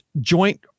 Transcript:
joint